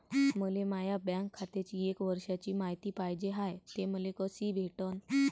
मले माया बँक खात्याची एक वर्षाची मायती पाहिजे हाय, ते मले कसी भेटनं?